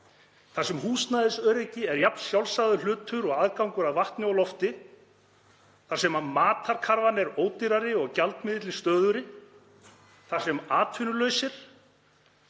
Þar sem húsnæðisöryggi er jafn sjálfsagður hlutur og aðgangur að vatni og lofti. Þar sem matarkarfan er ódýrari og gjaldmiðillinn stöðugri. Þar sem atvinnulausir,